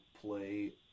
play